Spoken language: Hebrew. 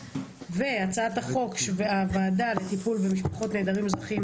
והצעת חוק הוועדה לטיפול במשפחות נעדרים אזרחיים,